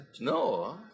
No